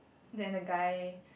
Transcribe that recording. then the guy